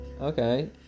okay